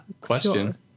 Question